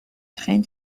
train